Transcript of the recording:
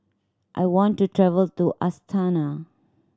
I want to travel to Astana